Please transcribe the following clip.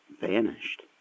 vanished